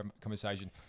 conversation